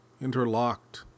interlocked